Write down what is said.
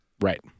Right